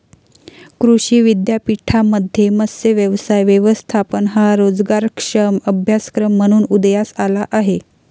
कृषी विद्यापीठांमध्ये मत्स्य व्यवसाय व्यवस्थापन हा रोजगारक्षम अभ्यासक्रम म्हणून उदयास आला आहे